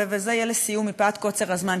וזה יהיה לסיום מפאת קוצר הזמן,